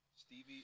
Stevie